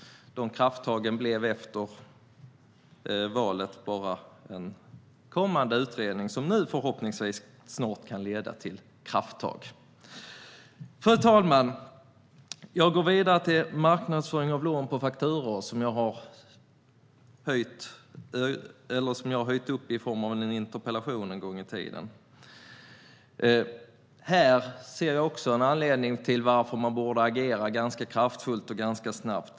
Efter valet blev dessa krafttag bara till en kommande utredning, men den kan förhoppningsvis snart leda till krafttag. Fru talman! Problemet med marknadsföring av lån på fakturor har jag tidigare lyft upp i en interpellation. Här menar jag att man måste agera kraftfullt och snabbt.